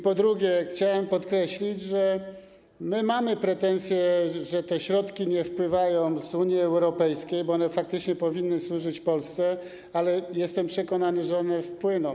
Po drugie, chciałem podkreślić, że my mamy pretensje, że te środki nie wpływają z Unii Europejskiej, bo one faktycznie powinny służyć Polsce, ale jestem przekonany, że one wpłyną.